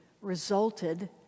resulted